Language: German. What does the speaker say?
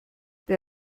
der